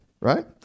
right